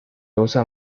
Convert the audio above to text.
usa